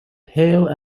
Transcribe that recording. pale